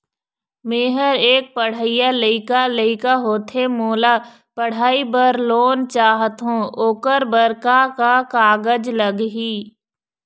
मेहर एक पढ़इया लइका लइका होथे मोला पढ़ई बर लोन चाहथों ओकर बर का का कागज लगही?